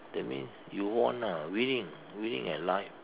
that means you won ah winning winning at life